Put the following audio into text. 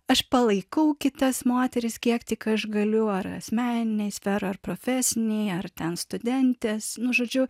aš palaikau kitas moteris kiek tik aš galiu ar asmeninėj sferoj ar profesinėj ar ten studentes nu žodžiu